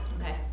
Okay